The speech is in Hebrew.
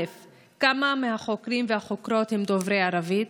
1. כמה מהחוקרים והחוקרות הם דוברי ערבית?